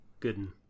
Gooden